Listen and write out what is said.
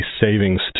savings